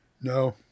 No